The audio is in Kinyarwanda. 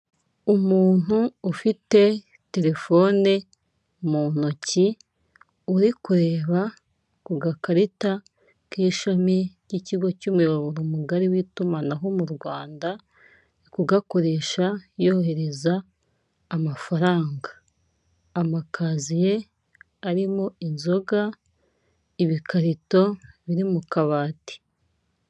Umuntu ufite telefone mu ntoki uri kureba ku gakarita k'ishami ry'ikigo cy'umuyoboro mugari w'itumanaho mu Rwanda, ari kugakoresha yohereza amafaranga. Amakaziye arimo inzoga ibikarito biri mu kabati.